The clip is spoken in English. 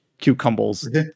cucumbers